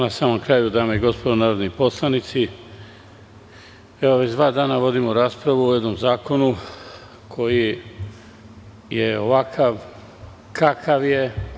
Na samom kraju, dame i gospodo narodni poslanici, već dva dana vodimo raspravu o jednom zakonu koji je ovakav kakav je.